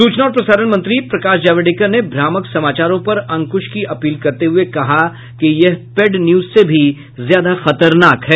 सूचना और प्रसारण मंत्री प्रकाश जावड़ेकर ने भ्रामक समाचारों पर अंकुश की अपील करते हुए कहा कि यह पेड न्यूज से भी ज्यादा खतरनाक है